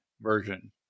version